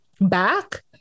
back